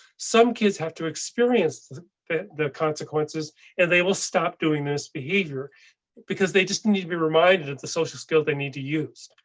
some kids have to experience the the consequences and they will stop doing this behavior because they just need to be reminded at the social skills they need to use.